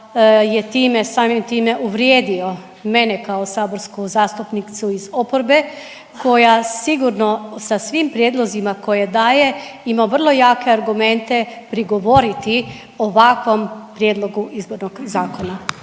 je time, samim time uvrijedio mene kao saborsku zastupnicu iz oporbe koja sigurno sa svim prijedlozima koje daje ima vrlo jake argumente prigovoriti ovakvom prijedlogu izbornog zakona.